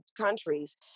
countries